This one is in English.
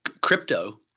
crypto